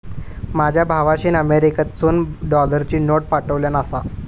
माझ्या भावाशीन अमेरिकेतसून डॉलरची नोट पाठवल्यान आसा